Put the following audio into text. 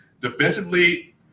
Defensively